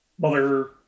mother